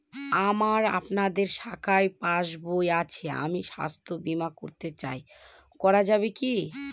আমার আপনাদের শাখায় পাসবই আছে আমি স্বাস্থ্য বিমা করতে চাই করা যাবে কি?